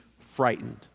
frightened